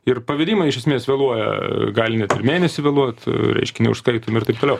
ir pavedimai iš esmės vėluoja gali net ir mėnesį vėluot reiškia neužskaitome ir taip toliau